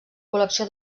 col·lecció